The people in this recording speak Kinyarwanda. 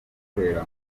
ikorera